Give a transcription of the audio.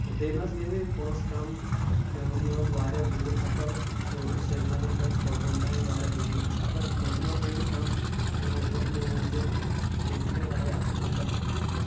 ہُہ بیٚیہِ مہ حظ گٔیہِ وِ پۄنٛسہِ کم تہٕ مےٚ ؤنِو یہِ اوس واریاہ دوٗر سفر ہُہ سرینگر پٮ۪ٹھ کۄلگوم تام اوس وارایاہ دوٗر سفر پۄنٛسہِ مہ حظ گٔیہِ وٕ کم مےٚ ؤنیو مےٚ ؤنۍ زٮ۪و تہٕ بیٚیہِ چھو تُہۍ واریاہ اصل نفرتہٕ ہُہ